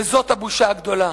וזו הבושה הגדולה.